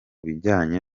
bijyanye